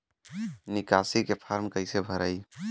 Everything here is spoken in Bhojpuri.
निकासी के फार्म कईसे भराई?